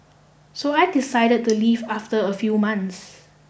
so I decided to leave after a few months